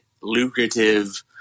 lucrative